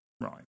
Right